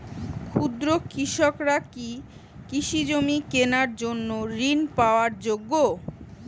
ক্ষুদ্র কৃষকরা কি কৃষিজমি কেনার জন্য ঋণ পাওয়ার যোগ্য?